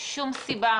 שום סיבה,